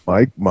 Mike